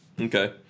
Okay